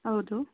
ಹೌದು